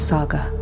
Saga